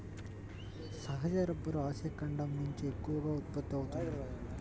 సహజ rubber Asia ఖండం నుంచే ఎక్కువగా ఉత్పత్తి అవుతోంది